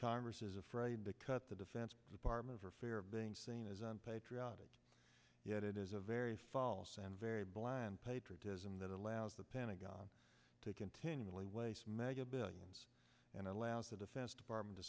congress is afraid to cut the defense department for fear of being seen as unpatriotic yet it is a very false and very blind patriotism that allows the pentagon to continually waste mega billions and allows the defense department to